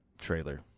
trailer